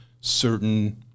certain